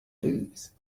lose